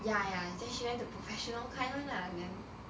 ya ya then she went to professional kind [one] lah and then